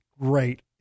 great